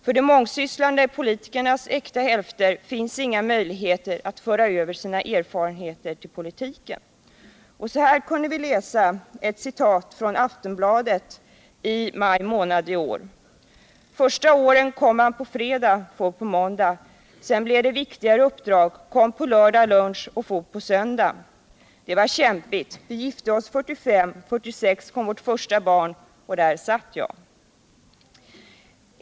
För mångsysslarnas äkta hälfter finns inga möjligheter att föra över sina erfarenheter till politiken. Också om detta kunde vi läsa i Aftonbladet i maj månad i år: ”Första åren kom han på fredagen, for på måndagen. Sedan blev det viktigare uppdrag, han kom till lördag lunch och for på söndag. Det var kämpigt. Vi gifte oss 1945, 1946 kom vårt första barn. Och där satt jag.